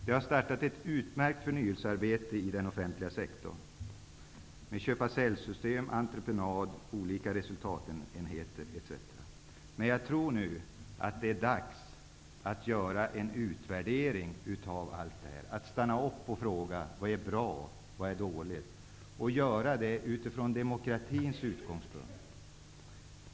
Det har startat ett utmärkt förnyelsearbete i den offentliga sektorn, med köpa--sälj-system, entreprenadsystem och olika system med resultatenheter, etc. Jag tror att det nu är dags att göra en utvärdering. Jag tror att det är dags att stanna upp och fråga vad som är bra och vad som är dåligt. Det bör då göras utifrån demokratins utgångspunkt.